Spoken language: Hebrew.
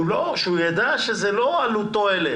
שהוא יידע שזה לא עלות-תועלת,